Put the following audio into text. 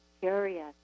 curious